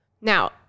Now